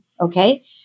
okay